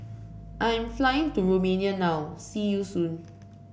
I am flying to Romania now see you soon